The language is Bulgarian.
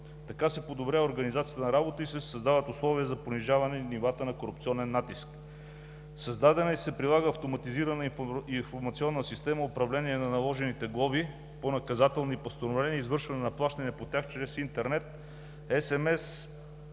Така се подобрява организацията на работата и се създават условия за понижаване нивата на корупционен натиск. Създадена е и се прилага Автоматизирана информационна система „Управление на наложените глоби по наказателни постановления и извършване на плащания по тях чрез интернет, SMS